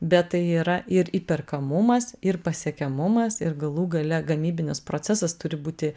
bet tai yra ir įperkamumas ir pasiekiamumas ir galų gale gamybinis procesas turi būti